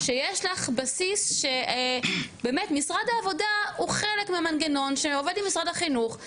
שיש לך בסיס שבאמת משרד העבודה הוא חלק ממנגנון שעובד עם משרד החינוך,